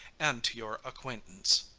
and to your acquaintance.